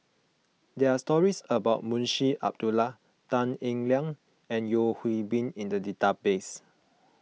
there are stories about Munshi Abdullah Tan Eng Liang and Yeo Hwee Bin in the database